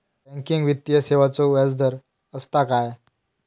Banking वित्तीय सेवाचो व्याजदर असता काय?